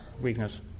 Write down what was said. weakness